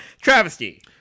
travesty